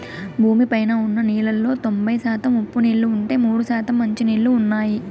భూమి పైన ఉన్న నీళ్ళలో తొంబై శాతం ఉప్పు నీళ్ళు ఉంటే, మూడు శాతం మంచి నీళ్ళు ఉన్నాయి